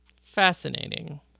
Fascinating